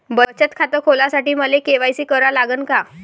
बचत खात खोलासाठी मले के.वाय.सी करा लागन का?